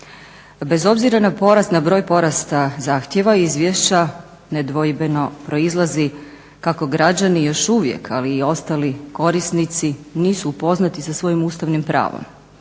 Bez obzira na broj porasta zahtjeva iz izvješća nedvojbeno proizlazi kako građani još uvijek, ali i ostali korisnici, nisu upoznati sa svojim ustavnim pravom.